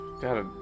Dad